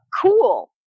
Cool